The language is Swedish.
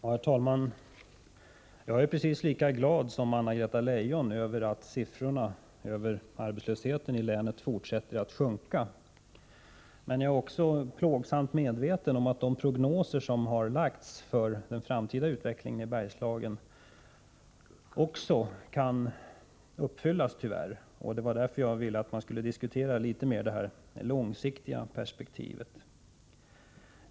Herr talman! Jag är precis lika glad som Anna-Greta Leijon över att arbetslöshetssiffrorna för länet fortsätter att sjunka, men jag är också plågsamt medveten om att prognoser som har lagts fram om den framtida utvecklingen i Bergslagen tyvärr kan uppfyllas. Det var därför som jag ville att man skulle diskutera det långsiktiga perspektivet litet mer.